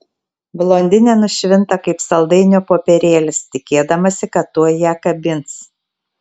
blondinė nušvinta kaip saldainio popierėlis tikėdamasi kad tuoj ją kabins